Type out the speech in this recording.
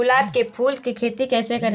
गुलाब के फूल की खेती कैसे करें?